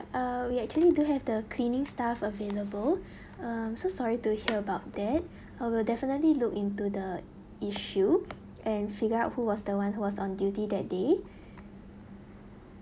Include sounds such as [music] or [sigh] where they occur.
uh we actually do have the cleaning staff available [breath] um so sorry to hear about that uh we'll definitely look into the issue and figure out who was the one who was on duty that day [breath]